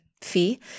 fee